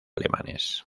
alemanes